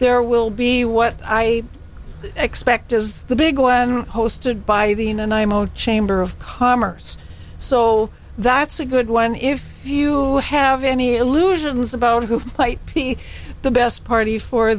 there will be what i expect as the big one hosted by the in and imo chamber of commerce so that's a good one if you have any illusions about who might be the best party for